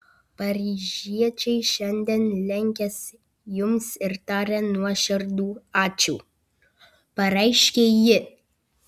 paryžiečiai šiandien lenkiasi jums ir taria nuoširdų ačiū pareiškė ji